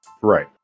Right